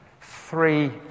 three